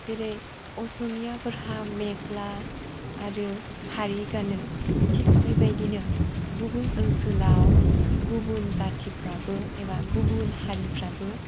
जेरै असमिया फोरहा मेख्ला आरो सारि गानो थिग बे बायदिनो गुबुन ओनसोलाव गुबुन जाथिफ्राबो एबा गुबुन हारिफ्राबो